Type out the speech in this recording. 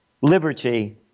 liberty